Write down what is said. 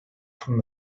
from